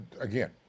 again